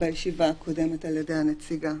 בישיבה הקודמת על ידי הנציגה,